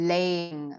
Laying